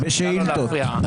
נא לא להפריע.